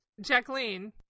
Jacqueline